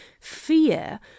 fear